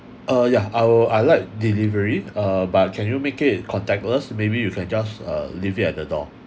uh yeah I I like delivery uh but can you make it contactless maybe you can just uh leave it at the door